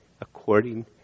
according